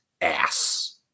ass